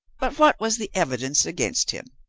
but what was the evidence against him?